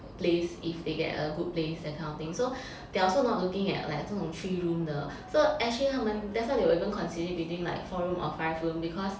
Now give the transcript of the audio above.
place if they get a good place that kind of thing so they are also not looking at like 这种 three room 的 so actually 他们 that's why they would even considering between like four room or five room because